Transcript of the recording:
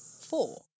Four